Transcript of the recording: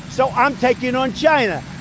so i'm taking on china.